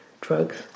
drugs